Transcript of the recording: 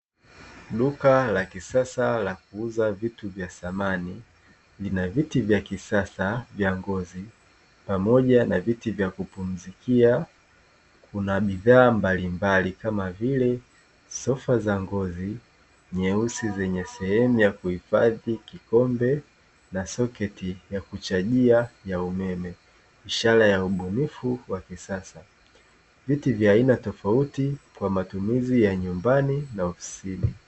Duka la kisasa la kuuza vitu vya samani. lina viti vya kisasa vya ngozi pamoja na viti vya kupumzikia; kuna bidhaa mbalimbali kama vile sofa za ngozi nyeusi zenye sehemu ya kuhifadhi kikombe na soketi ya kuchajia ya umeme, ishara ya ubunifu wa kisasa. Viti vya aina tofauti kwa matumizi ya nyumbani na ofisini.